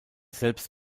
selbst